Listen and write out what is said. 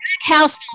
house